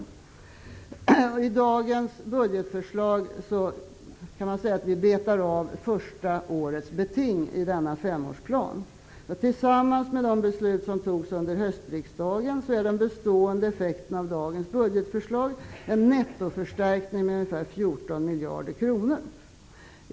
Med dagens budgetförslag kan man säga att vi betar av första årets beting i denna femårsplan. Tillsammans med de beslut som fattades under höstriksdagen är den bestående effekten av dagens budgetförslag en nettoförstärkning med ungefär 14 miljarder kronor.